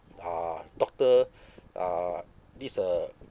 uh doctor uh this uh